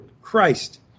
Christ